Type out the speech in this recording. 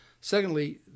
Secondly